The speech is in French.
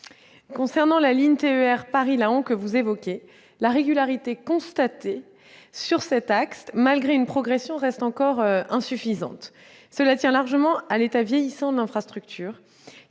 Concernant la ligne de TER Paris-Laon que vous avez évoquée, la régularité constatée sur cet axe, malgré une progression, reste encore insuffisante : cela tient largement à l'état vieillissant des infrastructures,